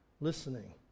listening